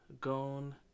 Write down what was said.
Gone